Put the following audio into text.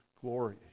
glory